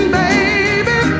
baby